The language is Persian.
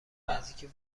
نزدیکی